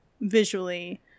visually